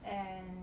and